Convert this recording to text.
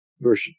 version